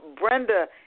Brenda